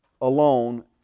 alone